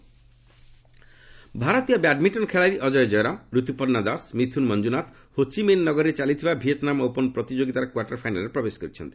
badminton ଭାରତୀୟ badminton ଖେଳାଳି ଅଜୟ ଜୟରାମ ରତୁପର୍ଣ୍ଣା ଦାସ ଓ Mithun Manjunath Ho Chi Minh ନଗରିରେ ଚାଲିଥିବା ଭିଏତ୍ନାମ୍ ଓପନ୍ ପ୍ରତିଯୋଗିତାର କ୍ୱାଟରଫାଇନାଲ୍ରେ ପ୍ରବେଶ କରିଛନ୍ତି